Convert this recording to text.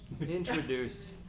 Introduce